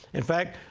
in fact,